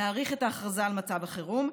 להאריך את ההכרזה על מצב החירום.